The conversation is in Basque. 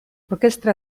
orkestra